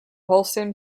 holstein